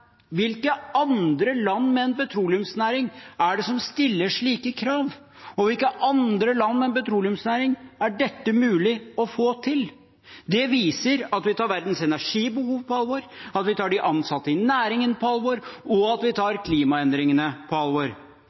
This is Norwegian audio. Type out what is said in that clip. Hvilke andre land med en petroleumsnæring er det som stiller slike krav, og i hvilke andre land med en petroleumsnæring er dette mulig å få til? Det viser at vi tar verdens energibehov på alvor, at vi tar de ansatte i næringen på alvor, og at vi tar klimaendringene på alvor.